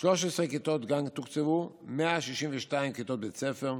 13 כיתות גן תוקצבו, 162 כיתות בית ספר,